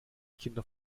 kinder